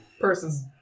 Persons